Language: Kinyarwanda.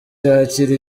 yakira